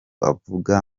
avuga